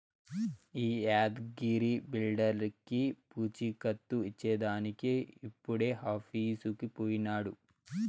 ఈ యాద్గగిరి బిల్డర్లకీ పూచీకత్తు ఇచ్చేదానికి ఇప్పుడే ఆఫీసుకు పోయినాడు